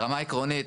ברמה עקרונית,